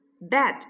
bed